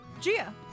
Gia